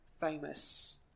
famous